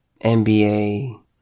NBA